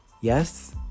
yes